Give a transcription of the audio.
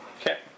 Okay